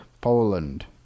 Poland